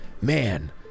Man